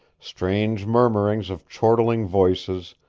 strange murmurings of chortling voices,